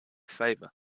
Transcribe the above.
favor